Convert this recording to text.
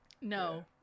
no